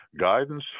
guidance